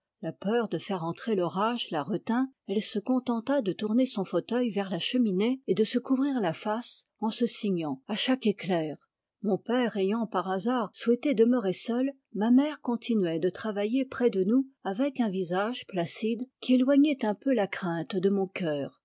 la peur de faire entrer l'orage la retint elle se contenta de tourner son fauteuil vers la cheminée et de se couvrir la face en se signant à chaque éclair mon père ayant par hasard souhaité demeurer seul ma mère continuait de travailler près de nous avec un visage placide qui éloignait un peu la crainte de mon coeur